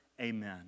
Amen